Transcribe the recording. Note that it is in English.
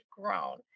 grown